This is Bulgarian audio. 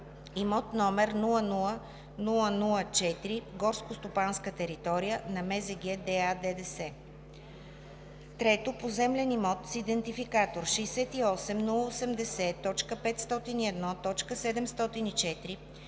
имот № 000004 горскостопанска територия на МЗГ – ДА/ДДС. 3. Поземлен имот с идентификатор 68080.501.704,